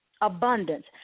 abundance